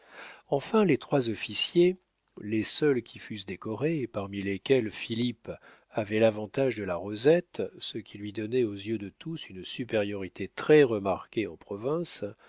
enfin les trois officiers les seuls qui fussent décorés et parmi lesquels philippe avait l'avantage de la rosette ce qui lui donnait aux yeux de tous une supériorité très remarquée en province